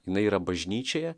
jinai yra bažnyčioje